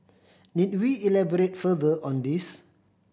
need we elaborate further on this